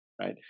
right